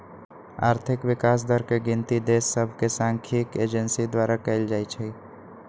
आर्थिक विकास दर के गिनति देश सभके सांख्यिकी एजेंसी द्वारा कएल जाइ छइ